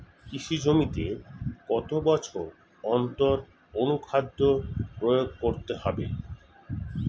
কৃষি জমিতে কত বছর অন্তর অনুখাদ্য প্রয়োগ করতে হবে?